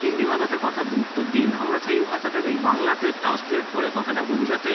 হিন্দি ভাষাতে কথার উত্তর দিই না আমরা সেই ভাষাটাকেই বাংলাতে ট্রান্সলেট করে কথাটা বলি যাতে